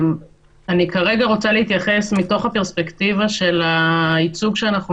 אני כרגע רוצה להתייחס מתוך הפרספקטיבה של הייצוג שאנחנו